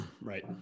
Right